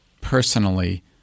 personally